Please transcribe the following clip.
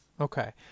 Okay